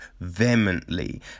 vehemently